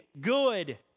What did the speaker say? good